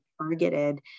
targeted